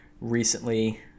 recently